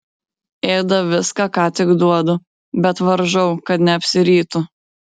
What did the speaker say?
ėda viską ką tik duodu bet varžau kad neapsirytų